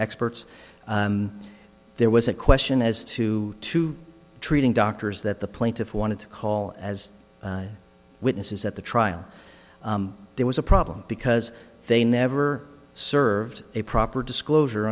experts there was a question as to to treating doctors that the plaintiff wanted to call as witnesses at the trial there was a problem because they never served a proper disclosure